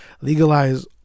legalize